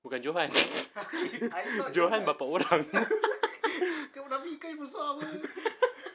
bukan johan johan nama orang